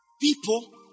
People